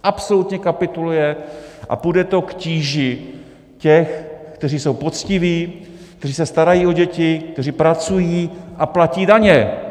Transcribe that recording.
Absolutně kapituluje a půjde to k tíži těch, kteří jsou poctiví, kteří se starají o děti, kteří pracují a platí daně.